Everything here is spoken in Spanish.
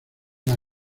las